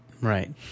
Right